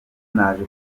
naje